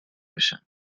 بشم